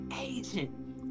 agent